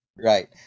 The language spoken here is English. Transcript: Right